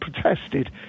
protested